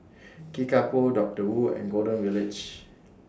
Kickapoo Doctor Wu and Golden Village